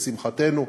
לשמחתנו,